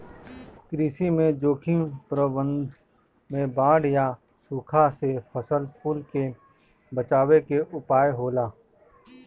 कृषि में जोखिम प्रबंधन में बाढ़ या सुखा से फसल कुल के बचावे के उपाय होला